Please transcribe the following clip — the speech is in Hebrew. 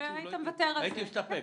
הייתי מסתפק.